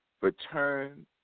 Return